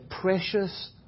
precious